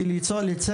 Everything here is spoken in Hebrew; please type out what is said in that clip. לייצר